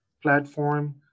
platform